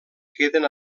queden